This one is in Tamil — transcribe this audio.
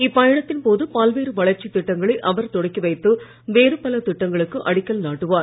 இப்பயணத்தின் போது பல்வேறு வளர்ச்சித் திட்டங்களை அவர் தொடக்கி வைத்து வேறு பல திட்டங்களுக்கு அடிக்கல் நாட்டுவார்